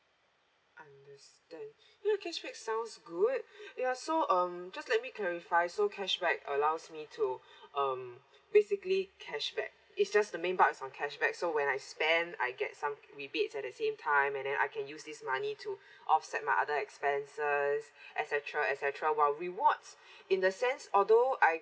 understand ya cashback sounds good ya so um just let me clarify so cashback allows me to um basically cashback it's just the main part is on cashback so when I spend I get some rebates at the same time and then I can use this money to offset my other expenses et cetera et cetera while rewards in the sense although I